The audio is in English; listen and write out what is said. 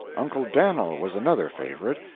uncle dan'l was another favorite,